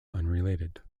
unrelated